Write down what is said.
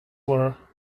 were